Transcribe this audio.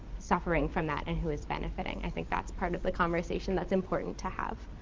suffering from that, and who is benefiting? i think that's part of the conversation that's important to have.